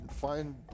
find